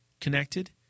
connected